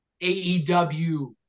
AEW